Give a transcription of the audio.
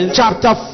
chapter